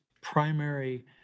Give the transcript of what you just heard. primary